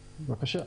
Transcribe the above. בבקשה.